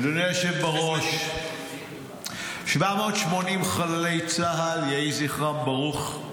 אדוני היושב בראש, 780 חללי צה"ל, יהי זכרם ברוך.